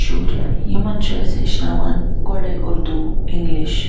شُرۍ یِمَن چھِ أسۍ ہیٚچھناوان گۄڈے اردو اِنٛگلِش